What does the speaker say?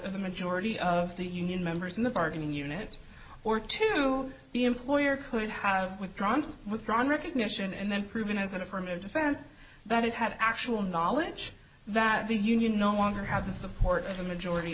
of the majority of the union members in the bargaining unit or to the employer could have withdrawn withdrawn recognition and then proven as an affirmative defense that it had actual knowledge that the union no longer have the support of the majority